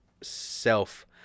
self